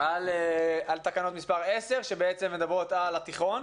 על תקנות מספר 10 כשבעצם מדברות על התיכון,